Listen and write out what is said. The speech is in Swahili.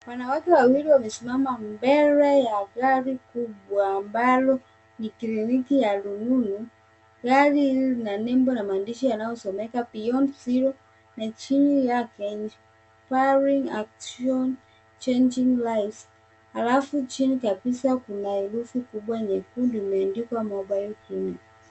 Wanawake wawili wamesimama mbele ya gari kubwa, ambalo ni kliniki ya rununu. Gari hili lina nembo ya maandishi ambayo yanasomeka Beyond zero, chini yake inspiring action, changing lives alafu chini kabisa kuna herufi kubwa nyekundu imeandikwa mobile clinic .